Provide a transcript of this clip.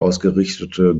ausgerichtete